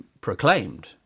proclaimed